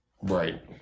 right